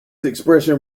expression